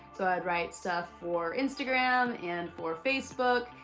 so, i would write stuff for instagram and for facebook.